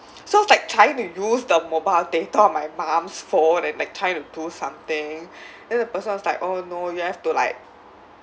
so I was like trying to use the mobile data on my mum's phone and like trying to do something then the person was like oh no you have to like